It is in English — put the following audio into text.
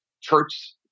church